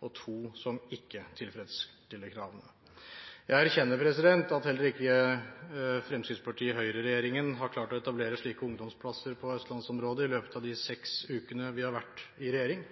og to som ikke tilfredsstiller kravene. Jeg erkjenner at heller ikke Høyre–Fremskrittsparti-regjeringen har klart å etablere slike ungdomsplasser i østlandsområdet i løpet av de seks ukene vi har vært i regjering.